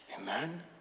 Amen